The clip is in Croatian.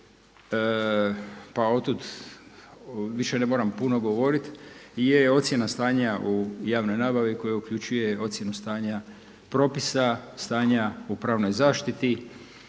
pa od tud više ne moram puno govorit je ocjena stanja u javnoj nabavi koja uključuje ocjenu stanja propisa, stanja u pravnoj zaštiti